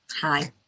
hi